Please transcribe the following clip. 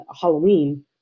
Halloween